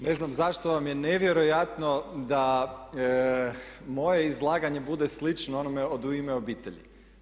Ne znam zašto vam je nevjerojatno da moje izlaganje bude slično onome od „U ime obitelji.